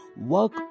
work